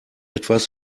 etwas